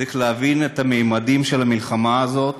צריך להבין את הממדים של המלחמה הזאת